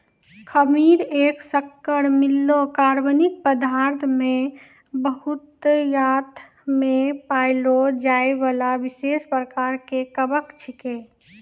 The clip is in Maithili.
खमीर एक शक्कर मिललो कार्बनिक पदार्थ मे बहुतायत मे पाएलो जाइबला विशेष प्रकार के कवक छिकै